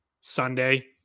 Sunday